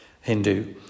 Hindu